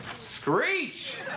Screech